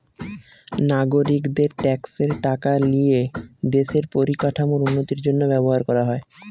নাগরিকদের ট্যাক্সের টাকা লিয়ে দেশের পরিকাঠামোর উন্নতির জন্য ব্যবহার করা হয়